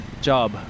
job